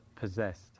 possessed